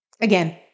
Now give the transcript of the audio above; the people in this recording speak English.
again